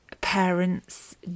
parents